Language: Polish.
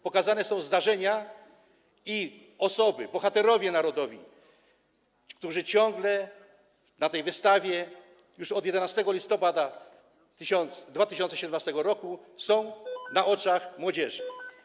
Pokazane są zdarzenia i osoby, bohaterowie narodowi, którzy ciągle dzięki tej wystawie już od 11 listopada 2017 r. są na oczach młodzieży.